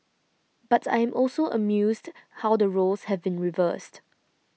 but I am also amused how the roles have been reversed